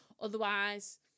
Otherwise